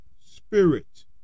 Spirit